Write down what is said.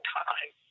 time